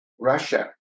Russia